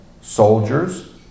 soldiers